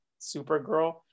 supergirl